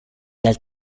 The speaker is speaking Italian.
dal